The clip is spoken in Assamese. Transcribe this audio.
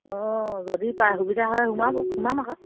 অঁ যদি পাৰে সুবিধা হয় সোমাব সোমাম আকৌ